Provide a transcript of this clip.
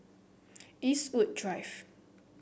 Eastwood Drive